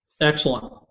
Excellent